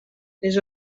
les